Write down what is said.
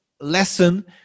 lesson